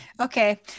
okay